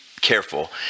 careful